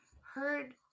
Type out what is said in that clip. heard